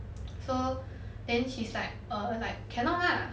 so then she's like err like cannot lah